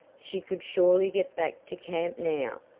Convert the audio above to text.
she could surely get back to camp now.